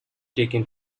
taken